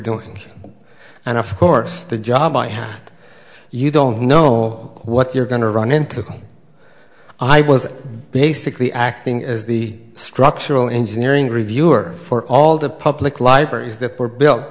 doing and of course the job i have you don't know what you're going to run into i was basically acting as the structural engineering reviewer for all the public libraries that were built